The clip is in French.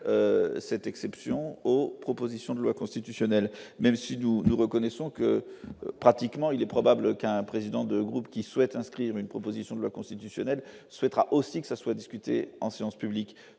cette exception au proposition de loi constitutionnelle, même si nous nous reconnaissons que pratiquement, il est probable qu'un président de groupe, qui souhaite inscrire une proposition de loi constitutionnelle souhaitera aussi, que ça soit discuté en séance publique,